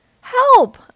Help